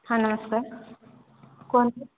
ହଁ ନମସ୍କାର କୁହନ୍ତୁ